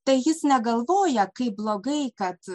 tai jis negalvoja kaip blogai kad